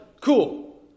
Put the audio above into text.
Cool